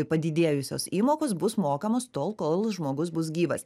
padidėjusios įmokos bus mokamos tol kol žmogus bus gyvas